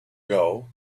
ago